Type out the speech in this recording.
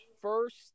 first